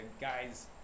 guy's